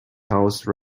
house